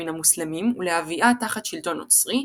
מן המוסלמים ולהביאה תחת שלטון נוצרי,